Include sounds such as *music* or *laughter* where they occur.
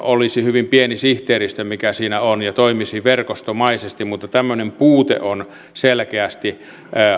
*unintelligible* olisi hyvin pieni sihteeristö mikä siinä on ja toimisi verkostomaisesti mutta tämmöinen puute on selkeästi